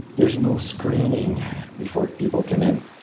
there's no screening before people come in.